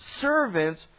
servants